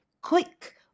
Quick